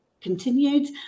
continued